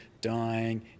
dying